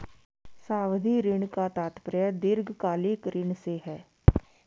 सावधि ऋण का तात्पर्य दीर्घकालिक ऋण से है